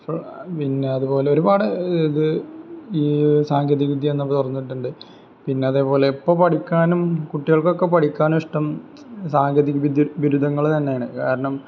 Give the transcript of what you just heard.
പിന്നെ അതുപോലെ ഒരുപാട് ഇത് ഈ സാങ്കേതിക വിദ്യ എന്ന് പറഞ്ഞിട്ടുണ്ട് പിന്ന അതേ പോലെ ഇപ്പം പഠിക്കാനും കുട്ടികൾകൊക്കെ പഠിക്കാനിഷ്ടം സാങ്കേതിക വിദ്യ ബിരുദങ്ങൾ തന്നെ ആണ് കാരണം